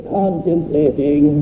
contemplating